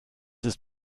ist